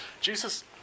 Jesus